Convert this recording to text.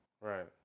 Right